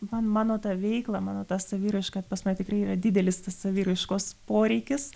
man mano tą veiklą mano tą saviraišką pas mane tikrai yra didelis tas saviraiškos poreikis